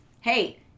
Hey